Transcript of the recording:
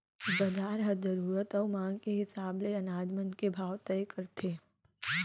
बजार ह जरूरत अउ मांग के हिसाब ले अनाज मन के भाव तय करथे